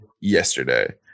yesterday